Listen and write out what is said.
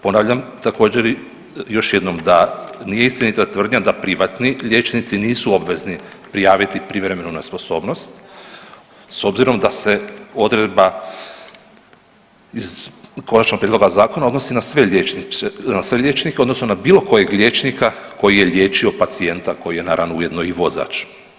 Ponavljam također još jednom, da nije istinita tvrdnja da privatni liječnici nisu obvezni prijaviti privremenu nesposobnost s obzirom da se odredba iz konačnog prijedloga zakona odnosi na sve liječnike odnosno na bilo kojeg liječnika koji je liječio pacijenta koji je naravno ujedno i vozač.